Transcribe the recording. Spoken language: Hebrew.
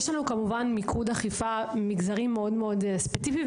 יש לנו כמובן מיקוד אכיפה מגזרי מאוד מאוד ספציפי,